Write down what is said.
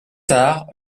tard